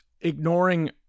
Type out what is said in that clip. ignoring